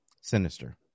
sinister